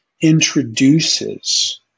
introduces